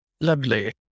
Lovely